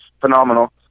phenomenal